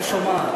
יפה.